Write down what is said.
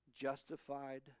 justified